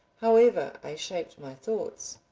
however i shaped my thoughts.